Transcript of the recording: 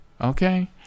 okay